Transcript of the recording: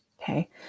okay